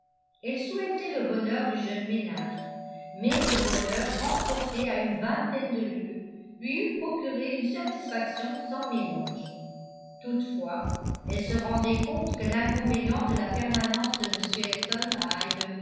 elle souhaitait le bonheur du jeune ménage mais ce bonheur transporté à une vingtaine de lieues lui eût procuré une satisfaction sans mélange toutefois elle se rendait compte que l'inconvénient de la permanence de m elton